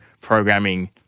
programming